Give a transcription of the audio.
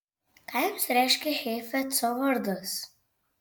ką jums reiškia heifetzo vardas